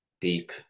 deep